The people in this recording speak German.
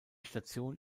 station